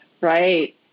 Right